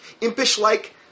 impish-like